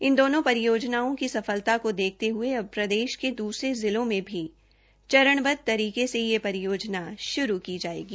इन दोनो परियोजनाओं की सफलता को देखते हुए अब प्रदेष के दूसरे जिलों में भी चरणबद्ध तरीके से यह परियोजना शुरू की जायेगी